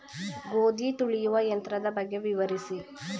ಗೋಧಿ ತುಳಿಯುವ ಯಂತ್ರದ ಬಗ್ಗೆ ವಿವರಿಸಿ?